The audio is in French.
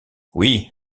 oui